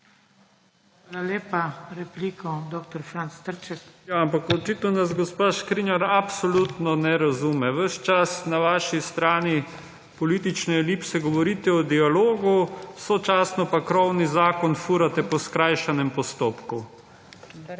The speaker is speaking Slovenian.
**DR. FRANC TRČEK (PS SD):** Ja, ampak očitno nas gospa Škrinjar absolutno ne razume. Ves čas na svoji strani politične elipse govorite o dialogu, sočasno pa krovni zakon furate po skrajšanem postopku. Sočasno